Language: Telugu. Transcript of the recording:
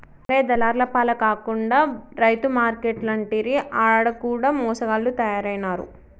రంగయ్య దళార్ల పాల కాకుండా రైతు మార్కేట్లంటిరి ఆడ కూడ మోసగాళ్ల తయారైనారు